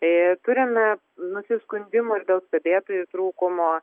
ir turime nusiskundimų ir dėl stebėtojų trūkumo